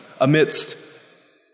amidst